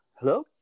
Hello